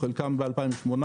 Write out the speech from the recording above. חלקם ב-2018,